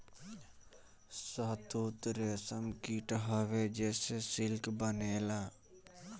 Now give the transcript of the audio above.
शहतूत रेशम कीट हवे जेसे सिल्क बनेला